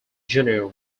junior